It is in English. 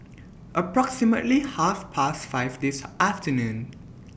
approximately Half Past five This afternoon